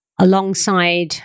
alongside